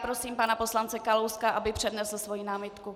Prosím pana poslance Kalouska, aby přednesl svoji námitku.